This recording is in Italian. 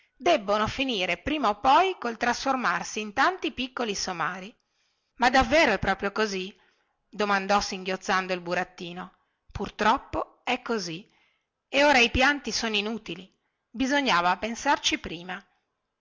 debbano finire prima o poi col trasformarsi in tanti piccoli somari ma davvero è proprio così domandò singhiozzando il burattino purtroppo è così e ora i pianti sono inutili bisognava pensarci prima